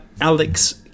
Alex